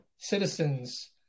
citizens